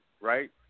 right